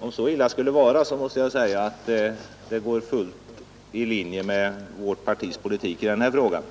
om så illa skulle vara skulle det arbetet gå helt i linje med vårt partis politik i den här frågan.